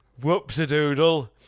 Whoops-a-doodle